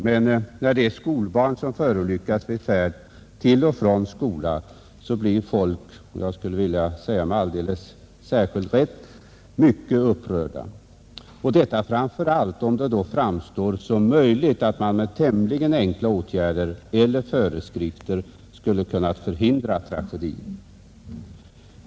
Men när det är skolbarn som förolyckas vid färd till och från skola blir allmänheten — detta med alldeles särskild rätt — mycket upprörd, särskilt om det framstår som möjligt att man med tämligen enkla åtgärder eller föreskrifter skulle kunnat förhindra tragedin.